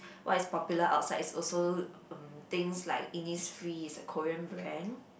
what is popular outside is also um things like Innisfree is a Korean brand